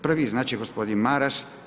Prvi znači gospodin Maras.